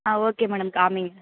ஆ okay madam காமிங்க